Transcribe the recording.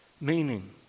meaning